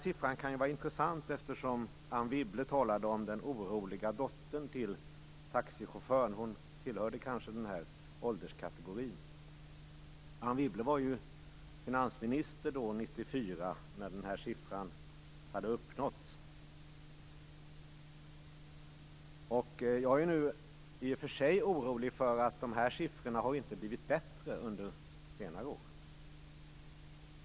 Siffran kan vara intressant eftersom Anne Wibble talade om dottern till den orolige taxichauffören - hon tillhör kanske den här ålderskategorin. Anne Wibble var ju finansminister 1994 när den här siffran hade uppnåtts. Jag är i och för sig orolig för att de här siffrorna inte blivit bättre under senare år.